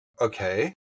okay